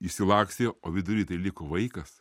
išsilakstė o vidury tai liko vaikas